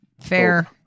Fair